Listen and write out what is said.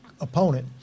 Opponent